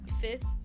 Fifth